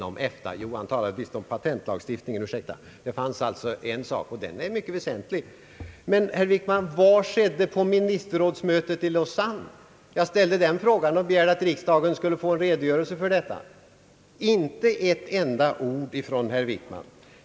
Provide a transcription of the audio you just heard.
Ursäkta, han talade visst om patentlagstiftningen. Han tog alltså upp en sak, och den är mycket väsentlig. Men, herr Wickman, vad skedde på ministerrådsmötet i Lausanne? Jag ställde den frågan och begärde att riksdagen skulle få en redogörelse för detta. Vi har dock inte hört eti enda ord från herr Wickman.